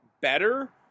better